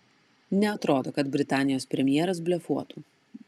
neatrodo kad britanijos premjeras blefuotų